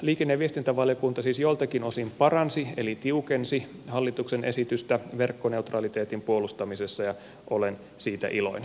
liikenne ja viestintävaliokunta siis joiltakin osin paransi eli tiukensi hallituksen esitystä verkkoneutraliteetin puolustamisessa ja olen siitä iloinen